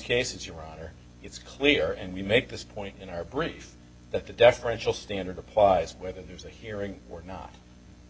cases you rather it's clear and we make this point in our brief that the deferential standard applies whether there's a hearing or not